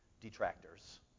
detractors